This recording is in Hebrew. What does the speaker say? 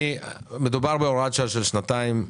מדובר בהוראת שעה של שנתיים.